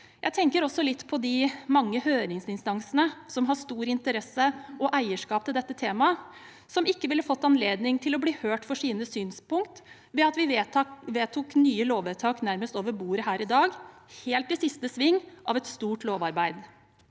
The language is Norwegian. Jeg tenker også litt på de mange høringsinstansene som har stor interesse for og eierskap til dette temaet, som ikke ville fått anledning til å la sine synspunkt bli hørt om vi vedtok nye lovvedtak nærmest over bordet her i dag, helt i siste sving av et stort lovarbeid.